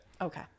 Okay